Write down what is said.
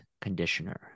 conditioner